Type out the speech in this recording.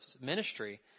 ministry